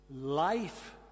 life